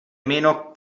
meno